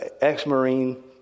ex-marine